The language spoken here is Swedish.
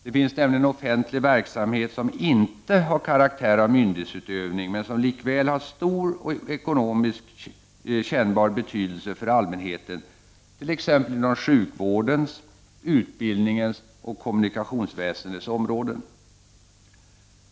Det finns nämligen offentlig verksamhet som inte har karaktär av myndighetsutövning men som likväl har stor och ekonomiskt kännbar betydelse för allmäheten, t.ex. inom sjukvårdens, utbildningens och kommunikationsväsendets områden.